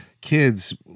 kids